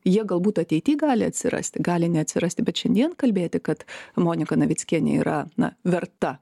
jie galbūt ateity gali atsirasti gali neatsirasti bet šiandien kalbėti kad monika navickienė yra na verta